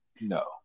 no